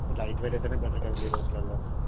lightweight అయితే better కదండి ఈ రోజులలో